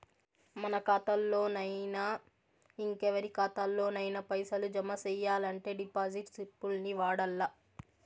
మన కాతాల్లోనయినా, ఇంకెవరి కాతాల్లోనయినా పైసలు జమ సెయ్యాలంటే డిపాజిట్ స్లిప్పుల్ని వాడల్ల